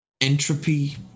Entropy